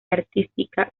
artística